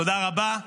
תודה רבה.